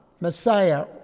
Messiah